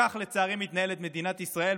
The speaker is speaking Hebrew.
כך לצערי מתנהלת מדינת ישראל,